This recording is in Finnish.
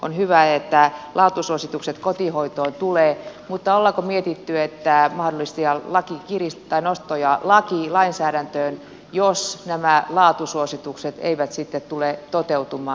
on hyvä että laatusuositukset kotihoitoon tulevat mutta onko mietitty et tää on lystiä laki kiristäen mahdollisia nostoja lainsäädäntöön jos nämä laatusuositukset eivät tule toteutumaan